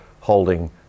holding